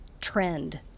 trend